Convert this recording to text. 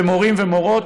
ומורים ומורות,